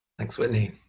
thanks, whitney.